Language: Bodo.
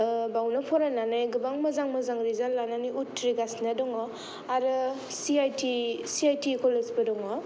बावनो फरायनानै गोबां मोजां मोजां रिजालथ लानानै उथ्रिगासिनो दङ आरो सि आइ थि कलेजबो दङ